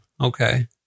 okay